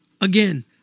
Again